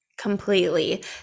Completely